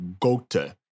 gota